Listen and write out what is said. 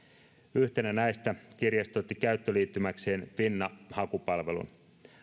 yhtenä näistä kirjasto otti käyttöliittymäkseen finna hakupalvelun